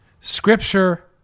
Scripture